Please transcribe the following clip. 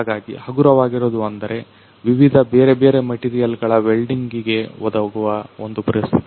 ಹಾಗಾಗಿ ಹಗುರವಾಗಿರುವುದು ಅಂದ್ರೆ ವಿವಿಧ ಬೇರೆಬೇರೆ ಮಟಿರಿಯಲ್ಗಳ ವೆಲ್ಡಿಂಗ್ ಗೆ ಒದಗುವ ಪರಿಸ್ಥಿತಿ